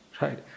right